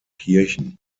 kirchen